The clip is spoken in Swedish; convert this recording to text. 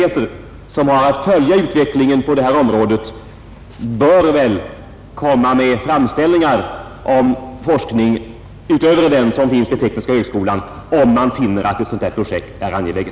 Herr talman! Jag framställer inget yrkande.